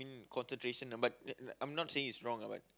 ~an concentration but l~ I'm not saying is wrong but